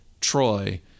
Troy